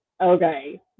Okay